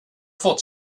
fått